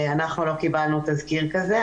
אנחנו לא קיבלנו תזכיר כזה.